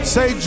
Say